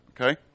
Okay